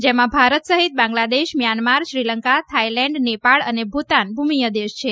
જેમાં ભારત સહિત Bangladesh Myanmar Sri Lanka Thailand Nepal અને ભૂતાન ભૂમીય દેશ છે